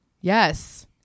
Yes